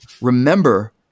remember